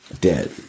Dead